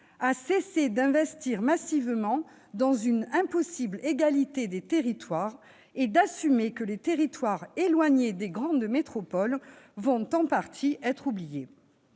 à cesser d'investir massivement dans une impossible égalité des territoires et à assumer que les territoires éloignés des grandes métropoles vont en partie être oubliés.